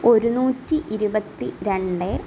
ഒരുന്നൂറ്റി ഇരുപത്തി രണ്ട്